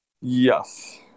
Yes